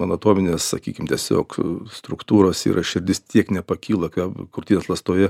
anatominės sakykim tiesiog struktūros yra širdis tiek nepakyla krūtinės ląstoje